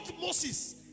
Moses